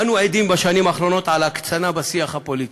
אנו עדים בשנים האחרונות להקצנה בשיח הפוליטי,